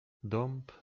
dąb